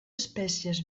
espècies